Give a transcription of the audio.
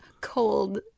Cold